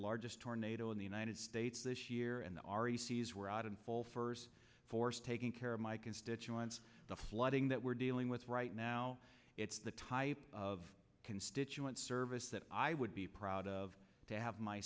largest tornado in the united states this year and the r f c s were out in full first force taking care of my constituents the flooding that we're dealing with right now it's the type of constituent service that i would be proud of to have my